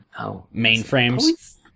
Mainframes